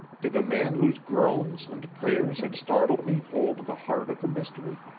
did the man whose groans and prayers had startled me hold the heart of the mystery?